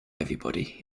everybody